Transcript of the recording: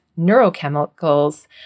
neurochemicals